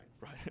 Right